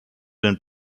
den